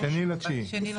ב-2.9.